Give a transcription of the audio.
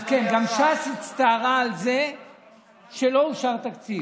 אז כן, גם ש"ס הצטערה על זה שלא אושר תקציב.